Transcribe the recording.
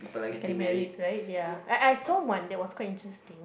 getting married right ya I I saw one that was quite interesting